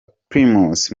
primus